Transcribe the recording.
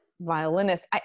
violinist